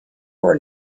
were